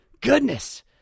Goodness